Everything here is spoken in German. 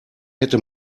hätte